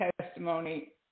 testimony